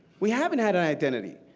we haven't had an identity.